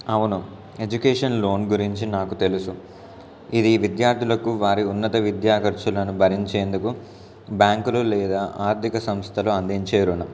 అవును education loan గురించి నాకు తెలుసు ఇది విద్యార్థులకు వారి ఉన్నత విద్యా ఖర్చులను భరించేందుకు బ్యాంకులు లేదా ఆర్థిక సంస్థలు అందించే రుణం